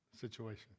situation